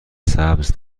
سبز